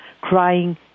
crying